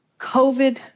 COVID